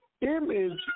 image